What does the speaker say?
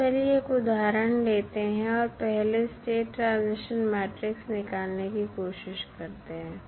अब चलिए एक उदाहरण लेते हैं और पहले स्टेट ट्रांजिशन मैट्रिक्स निकालने की कोशिश करते हैं